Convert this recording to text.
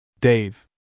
Dave